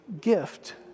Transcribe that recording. gift